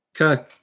Okay